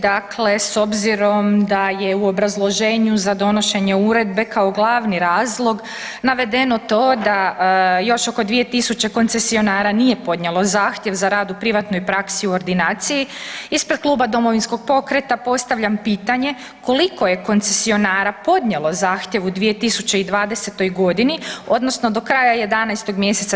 Dakle, s obzirom da je u obrazloženju za donošenje uredbe kao glavni razlog navedeno to da još oko 2000 koncesionara nije podnijelo zahtjev za rad u privatnoj praksi u ordinaciji, ispred kluba Domovinskog pokreta, postavljam pitanje koliko je koncesionara podnijelo zahtjev u 2020. g. odnosno do kraja 11. mj.